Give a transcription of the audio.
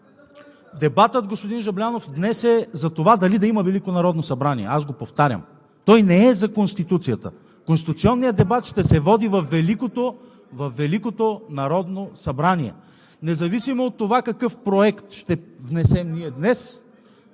Дебатът днес, господин Жаблянов, е дали да има Велико народно събрание, аз го повтарям, той не е за Конституцията. Конституционният дебат ще се води във Великото народно събрание, независимо от това какъв проект ще внесем ние днес.